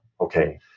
okay